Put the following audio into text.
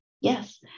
Yes